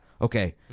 Okay